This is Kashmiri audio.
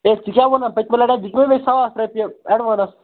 ہَے ژٕ کیٛاہ وَنان پٔتۍمہِ لٹہِ ہا دیُتمے مےٚ ساس رۅپیہِ ایٚڈوانس